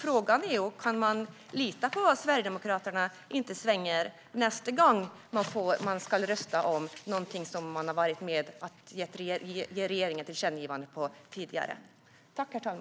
Frågan är: Kan man lita på att Sverigedemokraterna inte svänger nästa gång de ska rösta om någonting som de tidigare har varit med om att ge regeringen ett tillkännagivande om?